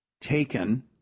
taken